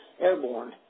Airborne